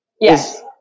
Yes